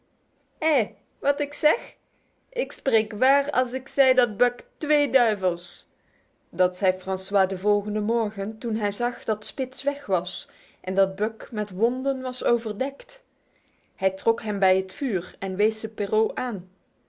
wat ik zeg ik spreek waar als ik zei dat buck twee duivels dat zei francois de volgende morgen toen hij zag dat spitz weg was en dat buck met wonden was overdekt hij trok hem bij het vuur en wees ze perrault aan